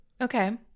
Okay